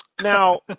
Now